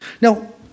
Now